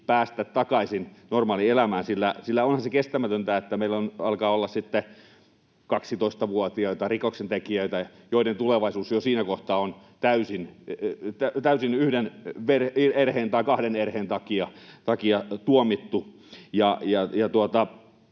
päästä takaisin normaalielämään, sillä onhan se kestämätöntä, että meillä alkaa olla sitten 12-vuotiaita rikoksentekijöitä, joiden tulevaisuus jo siinä kohtaa on yhden erheen tai kahden erheen takia täysin